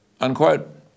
Unquote